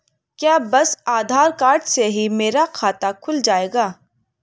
क्या बस आधार कार्ड से ही मेरा खाता खुल जाएगा?